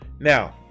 Now